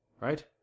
right